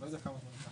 איך היא עובדת?